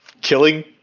killing